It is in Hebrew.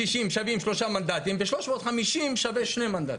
60 ו-60 שווים שלושה מנדטים ו-350 שווים שני מנדטים.